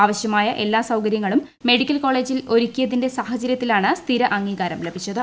ആവശ്യമായ എല്ലാ സൌകര്യങ്ങളും മെഡിക്കൽ കോളേജിൽ സാഹചര്യത്തിലാണ് സ്ഥിരാംഗീകാരം ലഭിച്ചത്